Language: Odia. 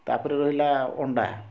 ତାପରେ ରହିଲା ଅଣ୍ଡା